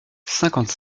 cinquante